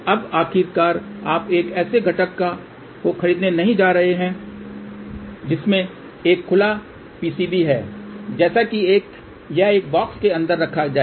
अब आखिरकार आप एक ऐसे घटक को खरीदने नहीं जा रहे हैं जिसमें एक खुला PCB है जैसे कि यह एक बॉक्स के अंदर रखा जाए